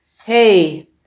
Hey